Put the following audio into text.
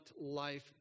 life